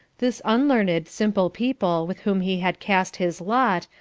this unlearned, simple people with whom he had cast his lot,